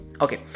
okay